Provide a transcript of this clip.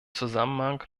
zusammenhang